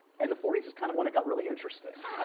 and the forty s is kind of when it got really interesting, i